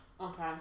Okay